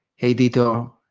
hey, vito.